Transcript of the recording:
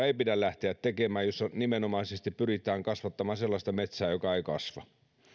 ei pidä lähteä tekemään tällaisia ympäristökokeiluja joissa nimenomaisesti pyritään kasvattamaan sellaista metsää joka ei kasva